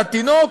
התינוק,